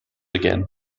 again